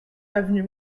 avenue